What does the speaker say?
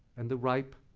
and the ripe,